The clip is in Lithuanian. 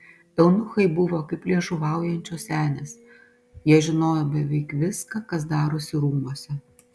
eunuchai buvo kaip liežuvaujančios senės jie žinojo beveik viską kas darosi rūmuose